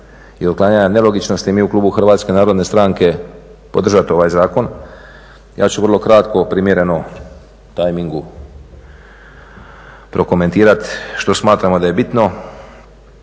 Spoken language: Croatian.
i otklanjanja nelogičnosti mi u klubu HNS-a podržati ovaj zakon. Ja ću vrlo kratko, primjereno tajmingu, prokomentirati što smatramo da je bitno.